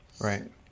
Right